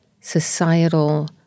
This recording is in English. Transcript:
societal